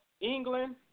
England